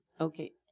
Okay